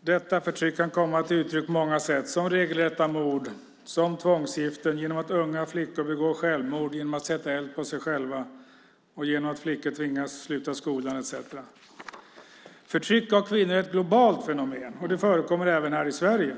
Detta förtryck kan komma till uttryck på många sätt; som regelrätta mord, som tvångsgiften, genom att unga flickor begår självmord genom att sätta eld på sig själva, genom att flickor tvingas sluta skolan etcetera. Förtryck av kvinnor är ett globalt fenomen, och det förekommer även här i Sverige.